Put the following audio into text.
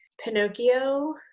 Pinocchio